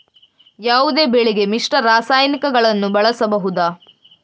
ಯಾವುದೇ ಬೆಳೆಗೆ ಮಿಶ್ರ ರಾಸಾಯನಿಕಗಳನ್ನು ಬಳಸಬಹುದಾ?